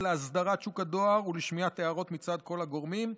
לאסדרת שוק הדואר ולשמיעת הערות מצד כל הגורמים.